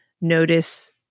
notice